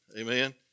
Amen